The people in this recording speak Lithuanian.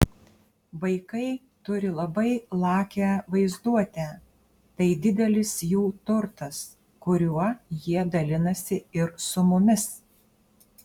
vaikai turi labai lakią vaizduotę tai didelis jų turtas kuriuo jie dalinasi ir su mumis